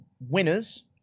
winners